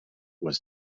was